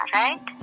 right